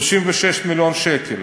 36 מיליון שקל.